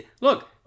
look